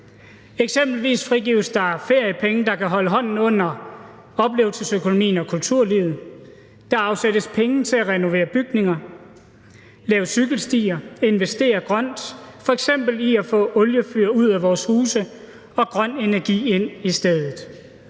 Eksempelvis frigives der feriepenge, der kan holde hånden under oplevelsesøkonomien og kulturlivet. Der afsættes penge til at renovere bygninger, lave cykelstier, investere grønt, f.eks. i at få oliefyr ud af vores huse og grøn energi ind i stedet,